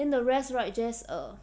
then the rest right just err